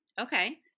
Okay